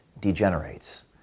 degenerates